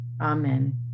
Amen